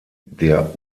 der